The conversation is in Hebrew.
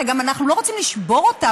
שאנחנו גם לא רוצים לשבור אותם,